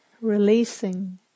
releasing